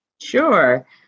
Sure